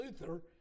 Luther